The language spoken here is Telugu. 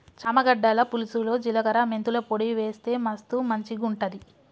చామ గడ్డల పులుసులో జిలకర మెంతుల పొడి వేస్తె మస్తు మంచిగుంటది